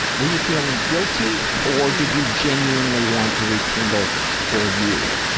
were you feel and guilty or did you genuinely want to rekindle for you?